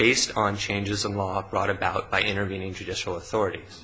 based on changes in walk brought about by intervening judicial authorities